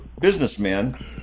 businessmen